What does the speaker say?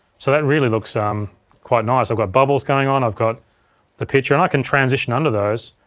so that really looks um quite nice, i've got bubbles going on, i've got the picture, and i can transition under those,